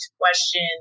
question